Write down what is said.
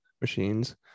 machines